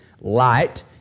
Light